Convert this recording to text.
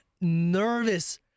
nervous